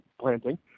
planting